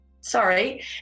sorry